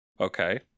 Okay